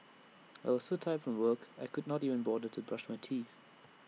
I was so tired from work I could not even bother to brush my teeth